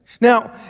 Now